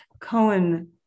Cohen